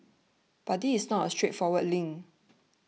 but this is not a straightforward link